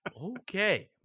Okay